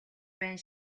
байна